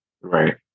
Right